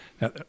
now